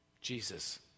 Jesus